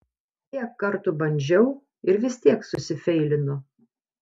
tiek kartų bandžiau ir vis tiek susifeilinu